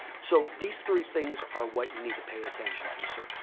so these three things are what you need to pay attention to, sir.